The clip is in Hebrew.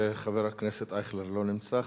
חבר הכנסת אייכלר, לא נמצא.